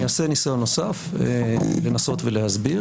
אני אעשה ניסיון נוסף לנסות ולהסביר.